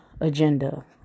agenda